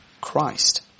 Christ